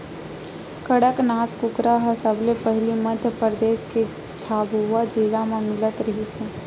कड़कनाथ कुकरा ह सबले पहिली मध्य परदेस के झाबुआ जिला म मिलत रिहिस हे